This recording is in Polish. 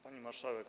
Pani Marszałek!